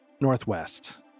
Northwest